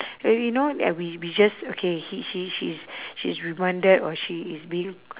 uh you know that we we just okay he she she's she's reminded or she is being